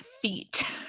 feet